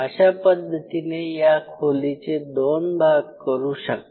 अशा पद्धतीने या खोलीचे दोन भाग करू शकता